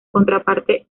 contraparte